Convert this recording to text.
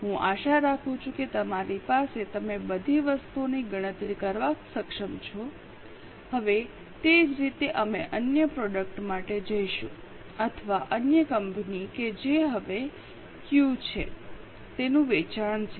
હું આશા રાખું છું કે તમારી પાસે તમે બધી વસ્તુઓની ગણતરી કરવામાં સક્ષમ છો હવે તે જ રીતે અમે અન્ય પ્રોડક્ટ માટે જઈશું અથવા અન્ય કંપની કે જે હવે ક્યૂ છે તેનું વેચાણ છે